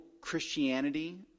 Christianity